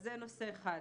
זה נושא אחד.